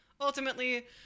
ultimately